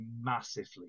massively